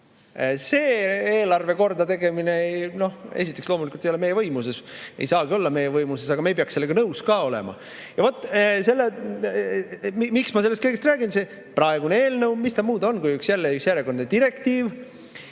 See eelarve kordategemine … Noh, esiteks loomulikult see ei ole meie võimuses, ei saagi olla meie võimuses, aga me ei peaks sellega nõus olema. Ja miks ma sellest kõigest räägin: see praegune eelnõu, mis ta muud on kui jälle üks järjekordne direktiiv.